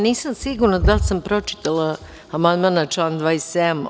Nisam sigurna da li sam pročitala amandman na član 27.